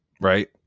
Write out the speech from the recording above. right